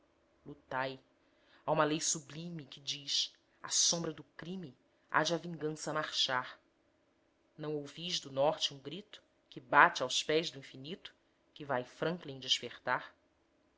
lutai há uma lei sublime que diz à sombra do crime há de a vingança marchar não ouvis do norte um grito que bate aos pés do infinito que vai franklin despertar